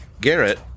Garrett